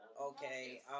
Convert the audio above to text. Okay